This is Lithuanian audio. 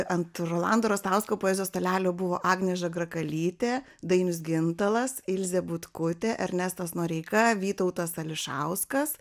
ant rolando rastausko poezijos stalelio buvo agnė žagrakalytė dainius gintalas ilzė butkutė ernestas noreika vytautas ališauskas